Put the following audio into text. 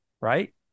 right